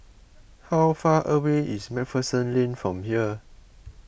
how far away is MacPherson Lane from here